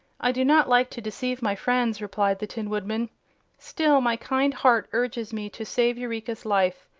i do not like to deceive my friends, replied the tin woodman still, my kind heart urges me to save eureka's life,